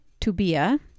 Tubia